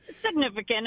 significant